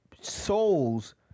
souls